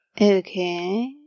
Okay